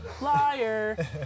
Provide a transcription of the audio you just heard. Liar